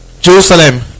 Jerusalem